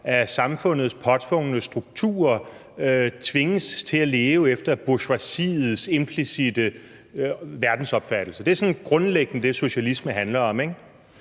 af samfundets påtvungne strukturer tvinges til at leve efter bourgeoisiets implicitte verdensopfattelse. Det er sådan grundlæggende det, socialisme handler om,